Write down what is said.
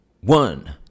one